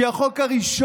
שהיא החוק הראשון,